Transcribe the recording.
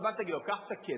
אז מה תגיד לו: קח את הכסף